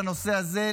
בנושא הזה,